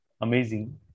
amazing